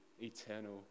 eternal